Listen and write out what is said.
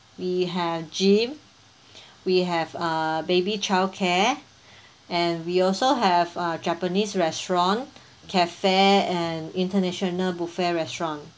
we have gym we have a baby childcare and we also have a japanese restaurant cafe and international buffet restaurant